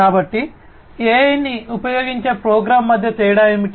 కాబట్టి AI ని ఉపయోగించే ప్రోగ్రామ్ మధ్య తేడా ఏమిటి